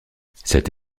cette